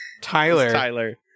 Tyler